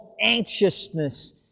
anxiousness